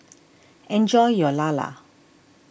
enjoy your Lala